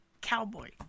cowboy